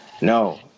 No